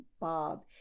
Bob